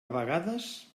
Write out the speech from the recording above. vegades